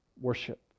worship